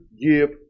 give